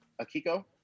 Akiko